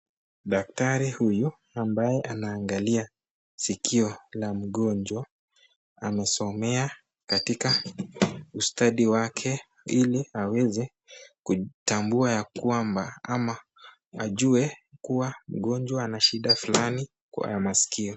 Daktari huyu ambaye anaangalia sikio la mgonjwa, amesomea katika ustadi wake ili aweze kutambua ya kwamba ama ajue kuwa mgonjwa ana shida fulani kwa maskio.